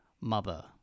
Mother